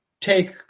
take